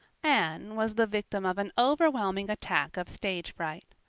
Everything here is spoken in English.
anne was the victim of an overwhelming attack of stage fright.